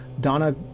Donna